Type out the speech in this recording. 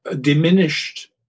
diminished